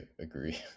agree